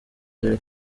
dore